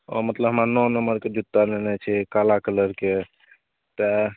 मतलब हमरा नओ नम्बरके जूत्ता लेनाइ छै काला कलरके तऽ